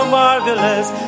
marvelous